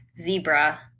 zebra